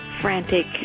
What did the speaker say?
frantic